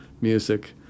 music